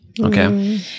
okay